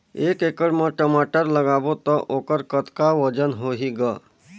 एक एकड़ म टमाटर लगाबो तो ओकर कतका वजन होही ग?